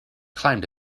climbed